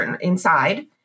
inside